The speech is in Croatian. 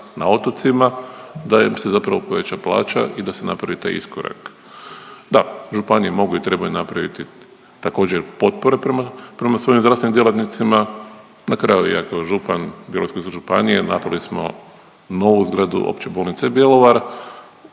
na otocima da im se zapravo poveća plaća i da se napravi taj iskorak. Da, županije mogu i trebaju napraviti također potpore prema svojim zdravstvenim djelatnicima. Na kraju i ja kao župan Bjelovarsko-bilogorske županije napravili smo novu zgradu Opće bolnice Bjelovar.